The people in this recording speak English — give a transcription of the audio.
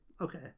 okay